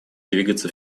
двигаться